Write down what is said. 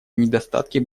недостатки